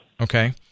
Okay